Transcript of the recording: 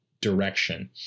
direction